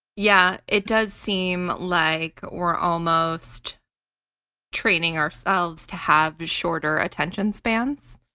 yeah, it does seem like we're almost training ourselves to have shorter attention spans,